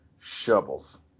shovels